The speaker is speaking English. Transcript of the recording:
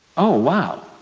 oh, wow!